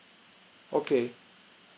okay